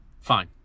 fine